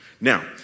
Now